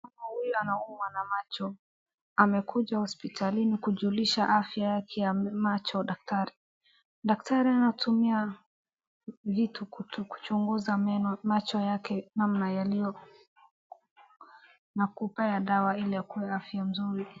Mama huyu anaumwa na macho. Amekuja hospitalini kujulishwa afya yake ya macho na daktari. Daktari anatumia vitu kuchunguza macho yake namna yalivyo na kumpea dawa ili akuwe afya nzuri.